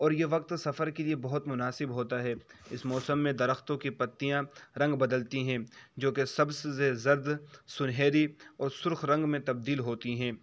اور یہ وقت سفر کے لیے بہت مناسب ہوتا ہے اس موسم میں درختوں کی پتیاں رنگ بدلتی ہیں جو کہ سبز سے زرد سنہری اور سرخ رنگ میں تبدیل ہوتی ہیں